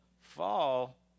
fall